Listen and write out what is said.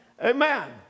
Amen